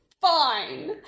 Fine